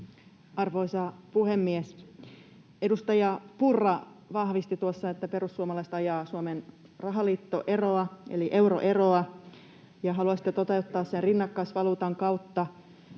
Arvoisa puhemies! Edustaja Purra vahvisti tuossa, että perussuomalaiset ajavat Suomen rahaliittoeroa eli euroeroa ja haluaisivat toteuttaa sen rinnakkaisvaluutan kautta.